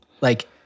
Like-